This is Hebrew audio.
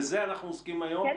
בזה אנחנו עוסקים היום.